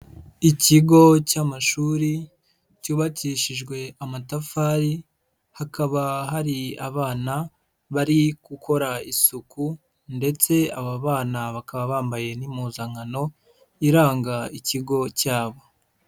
Ikigo cy'amashuri cyubakishijwe amatafari, hakaba hari abana bari gukora isuku ndetse aba bana bakaba bambaye n'impuzankano iranga ikigo cyabo.